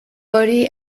hori